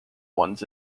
ones